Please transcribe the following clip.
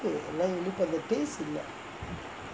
எல்லாம் இனிப்பு அந்த:ellam inippu antha taste இல்லே:illae